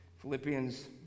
Philippians